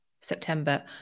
September